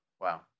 Wow